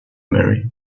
marry